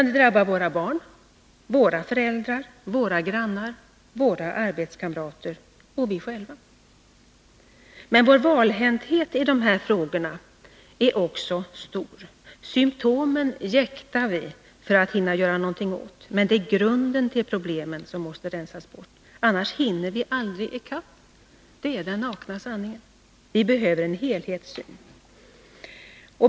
Det drabbar våra barn, våra föräldrar, våra grannar, våra arbetskamrater — och oss själva. Men vår valhänthet i dessa frågor är också stor. Symtomen jäktar vi för att hinna göra något åt, men det är grunden till problemen som måste rensas bort — annars hinner vi aldrig i kapp —- det är den nakna sanningen. Vi behöver en helhetssyn.